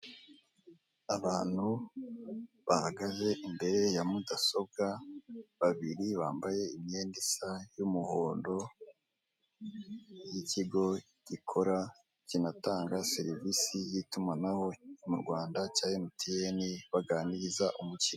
Abantu bahagaze imbere ya mudasobwa, babiri bambaye imyenda isa y'umuhondo y'ikigo gikora kinatanga serivisi y'itumanaho mu Rwanda cya MTN baganiriza umukiriya.